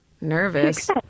Nervous